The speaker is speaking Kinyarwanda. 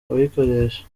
abayikoresha